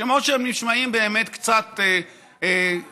שמות שנשמעים באמת קצת מיושנים,